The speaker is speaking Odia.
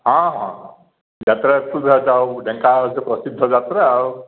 ହଁ ହଁ ଦଶହରା କୁ ତ ଯାଉ ଢେଙ୍କାନାଳ ର ପ୍ରସିଦ୍ଧ ଯାତ୍ରା ଆଉ